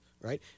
right